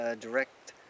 direct